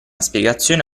spiegazione